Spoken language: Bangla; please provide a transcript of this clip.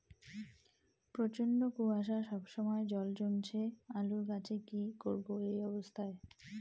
প্রচন্ড কুয়াশা সবসময় জল জমছে আলুর গাছে কি করব এই অবস্থায়?